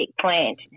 plant